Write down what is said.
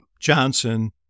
Johnson